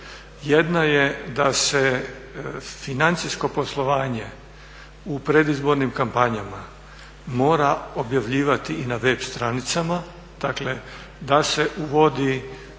Jedna je da se financijsko poslovanje u predizbornim kampanjama mora objavljivati i na web stranicama, dakle da se uvodi